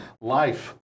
life